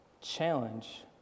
challenge